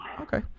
Okay